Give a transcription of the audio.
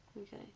okay